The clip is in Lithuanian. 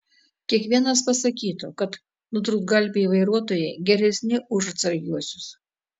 kiekvienas pasakytų kad nutrūktgalviai vairuotojai geresni už atsargiuosius